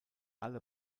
alle